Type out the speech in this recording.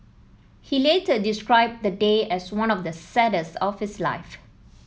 he later described the day as one of the saddest of his life